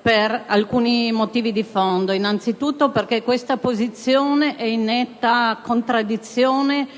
per alcuni motivi di fondo. Innanzitutto, questa posizione è in netta contraddizione